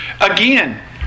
Again